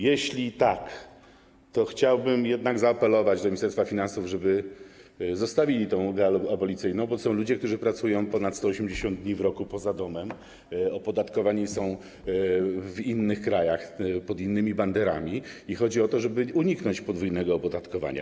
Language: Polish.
Jeśli tak, to chciałbym zaapelować do Ministerstwa Finansów, żeby zostawili tę ulgę abolicyjną, bo to są ludzie, którzy pracują ponad 180 dni w roku poza domem, opodatkowani są w innych krajach, pod innymi banderami i chodzi o to, żeby uniknąć podwójnego opodatkowania.